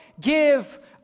give